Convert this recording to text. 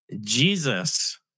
Jesus